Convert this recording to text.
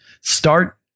Start